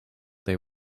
they